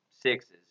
sixes